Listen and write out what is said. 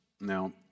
now